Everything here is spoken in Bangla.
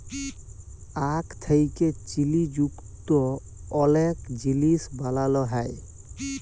আখ থ্যাকে চিলি যুক্ত অলেক জিলিস বালালো হ্যয়